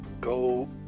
go